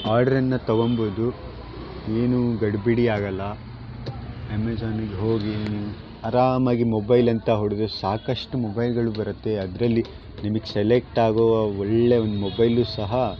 ಆಡ್ರನ್ನ ತಗೊಳ್ಬೋದು ಏನು ಗಡಿಬಿಡಿ ಆಗಲ್ಲ ಅಮೇಜಾನಿಗೆ ಹೋಗಿ ನೀವು ಆರಾಮಾಗಿ ಮೊಬೈಲಂತ ಹೊಡಿದ್ರೆ ಸಾಕಷ್ಟು ಮೊಬೈಲ್ಗಳು ಬರುತ್ತೆ ಅದರಲ್ಲಿ ನಿಮಗೆ ಸೆಲೆಕ್ಟಾಗುವ ಒಳ್ಳೆಯ ಒಂದು ಮೊಬೈಲು ಸಹ